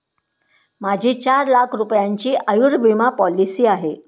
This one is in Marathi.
माझी चार लाख रुपयांची आयुर्विमा पॉलिसी आहे